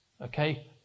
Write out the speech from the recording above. Okay